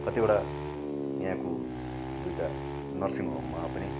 कतिवटा यहाँको दुईवटा नर्सिङ होममा पनि